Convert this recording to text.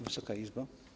Wysoka Izbo!